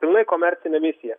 pilnai komercinė misija